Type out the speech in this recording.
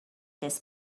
this